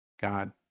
God